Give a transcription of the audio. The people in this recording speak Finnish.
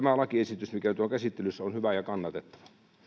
tämä lakiesitys mikä nyt on käsittelyssä on hyvä ja kannatettava